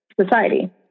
society